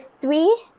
three